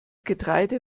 getreide